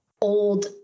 old